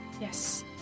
Yes